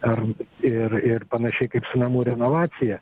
ar ir ir panašiai kaip su namų renovacija